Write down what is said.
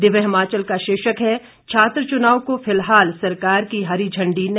दिव्य हिमाचल का शीर्षक है छात्र चूनाव को फिलहाल सरकार की हरी झंडी नहीं